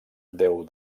déu